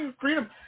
Freedom